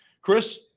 Chris